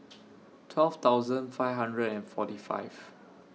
twelve thousand five hundred and forty five